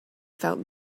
felt